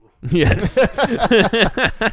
Yes